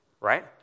right